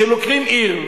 שכשלוקחים עיר,